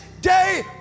day